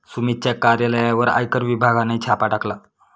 सुमितच्या कार्यालयावर आयकर विभागाने छापा टाकला